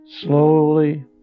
Slowly